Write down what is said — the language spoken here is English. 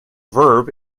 verb